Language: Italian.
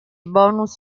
bonus